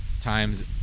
times